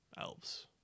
elves